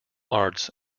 arts